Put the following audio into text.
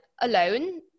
alone